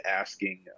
asking